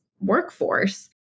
workforce